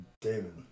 David